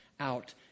out